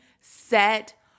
set